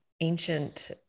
ancient